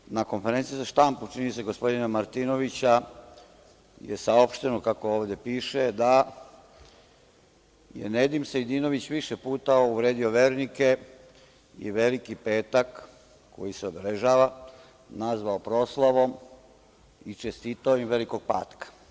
Dakle, na konferenciji za štampu, čini mi se, gospodina Martinovića saopšteno je, kako ovde piše, da je Nedim Sejdinović više puta uvredio vernike i Veliki petak koji se obeležava nazvao proslavom i čestitao im „velikog patka“